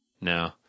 No